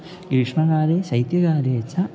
ग्रीष्मकाले शैत्यकाले च